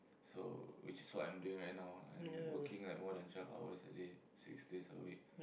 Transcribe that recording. so which is what I'm doing right now I'm working like more than twelve hours a day six days a week